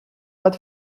bat